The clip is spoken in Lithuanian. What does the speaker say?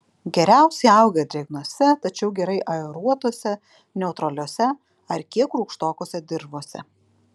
geriausiai auga drėgnose tačiau gerai aeruotose neutraliose ar kiek rūgštokose dirvose